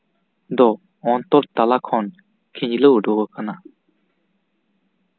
ᱫᱚ ᱚᱱᱛᱚᱨ ᱛᱟᱞᱟ ᱠᱷᱚᱱ ᱠᱷᱤᱡᱞᱟᱹᱣ ᱩᱰᱩᱠ ᱟᱠᱟᱱᱟ